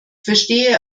verstehe